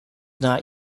not